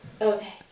okay